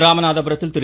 ராமநாதபுரத்தில் திரு